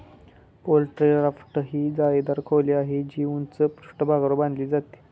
poultry राफ्ट ही जाळीदार खोली आहे, जी उंच पृष्ठभागावर बांधली जाते